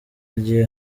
agiye